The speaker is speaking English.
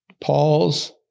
Paul's